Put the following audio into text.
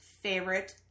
favorite